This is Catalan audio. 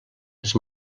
les